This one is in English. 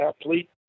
athlete